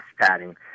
padding